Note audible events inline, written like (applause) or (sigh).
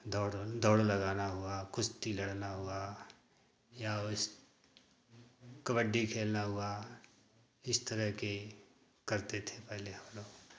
(unintelligible) दौड़ लगाना हुआ कुश्ती लड़ना हुआ या (unintelligible) कबड्डी खेलना हुआ इस तरह के करते थे पहले हम लोग